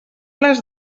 les